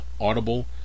Audible